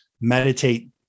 meditate